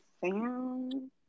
Sam